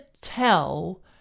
tell